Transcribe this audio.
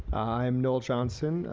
i'm noel johnson,